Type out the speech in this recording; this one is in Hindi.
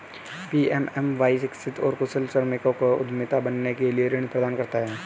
पी.एम.एम.वाई शिक्षित और कुशल श्रमिकों को उद्यमी बनने के लिए ऋण प्रदान करता है